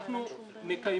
אנחנו מקיימים.